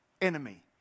enemy